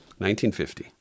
1950